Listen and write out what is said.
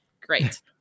great